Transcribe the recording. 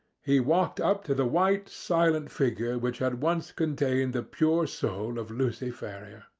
he walked up to the white silent figure which had once contained the pure soul of lucy ferrier.